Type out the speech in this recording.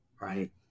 right